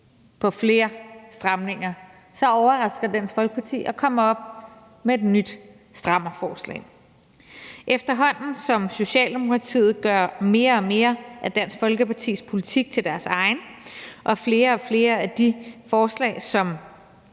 på flere stramninger, så overrasker Dansk Folkeparti og kommer op med et nyt strammerforslag. Efterhånden som Socialdemokratiet gør mere og mere af Dansk Folkepartis politik til deres egen, og flere og flere af de forslag, som